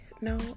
No